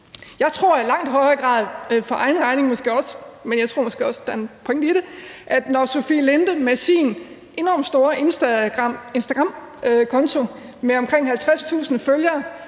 jeg tror måske også, der er en pointe i det – at når Sofie Linde med sin enormt store instagramkonto med omkring 50.000 følgere